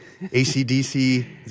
ACDC